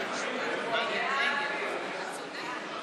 ההצעה להעביר לוועדה את הצעת חוק